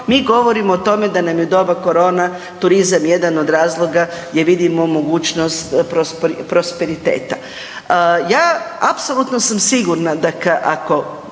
mi govorimo o tome da nam je u doba korone turizam jedan od razloga gdje vidimo mogućnost prosperiteta. Ja apsolutno sam sigurna dakle